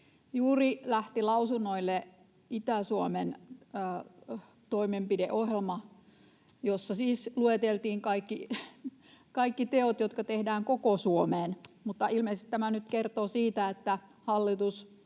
Juuri lähti lausunnoille Itä-Suomen toimenpideohjelma, jossa siis lueteltiin kaikki teot, jotka tehdään koko Suomeen. Ilmeisesti tämä nyt kertoo siitä, että hallitus